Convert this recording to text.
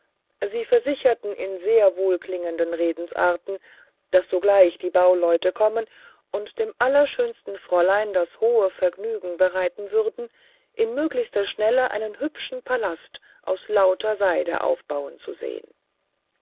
sie versicherten in sehr wohlklingenden redensarten daß sogleich die bauleute kommen und dem allerschönsten fräulein das hohe vergnügen bereiten würden in möglichster schnelle einen hübschen palast aus lauter seide aufbauen zu sehen